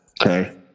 Okay